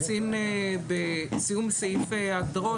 בסיום סעיף ההגדרות,